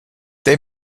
they